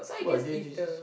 !wah! they they just